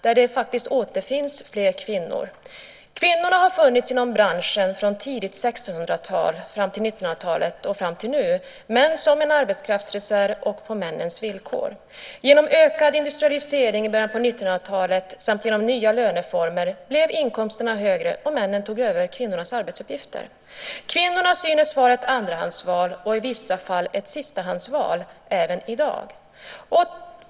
Bland dem återfinns det fler kvinnor. Kvinnorna har funnits inom branschen från tidigt 1600-tal och fram till nu, men som en arbetskraftsreserv och på männens villkor. Genom ökad industrialisering i början av 1900-talet och genom nya löneformer blev inkomsterna högre, och männen tog över kvinnornas arbetsuppgifter. Kvinnorna synes vara ett andrahandsval och i vissa fall ett sistahandsval även i dag.